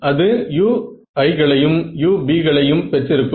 எனவே அது ui களையும் ub களையும் பெற்று இருக்கும்